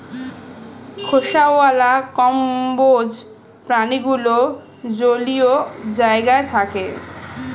খোসাওয়ালা কম্বোজ প্রাণীগুলো জলীয় জায়গায় থাকে